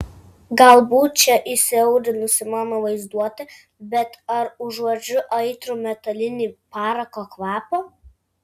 galbūt čia įsiaudrinusi mano vaizduotė bet ar užuodžiu aitrų metalinį parako kvapą